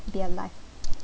to be alive